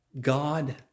God